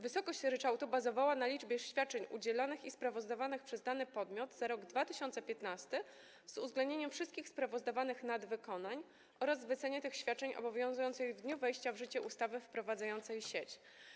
Wysokość ryczałtu bazowała na liczbie świadczeń udzielonych i sprawozdawanych przez dany podmiot za rok 2015, z uwzględnieniem wszystkich sprawozdawanych nadwykonań, oraz wycenie tych świadczeń obowiązującej w dniu wejścia w życie ustawy wprowadzającej sieć.